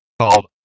called